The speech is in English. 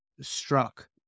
struck